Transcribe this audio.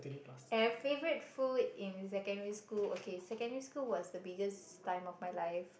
have favorite food in secondary school okay secondary school was the biggest time of my life